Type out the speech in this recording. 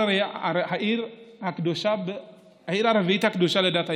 הרר היא העיר הרביעית הקדושה לדת האסלאם.